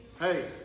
Hey